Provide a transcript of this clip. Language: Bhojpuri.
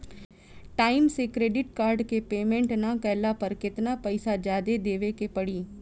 टाइम से क्रेडिट कार्ड के पेमेंट ना कैला पर केतना पईसा जादे देवे के पड़ी?